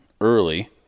early